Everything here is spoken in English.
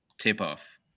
tip-off